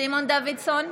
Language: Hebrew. סימון דוידסון,